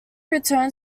returned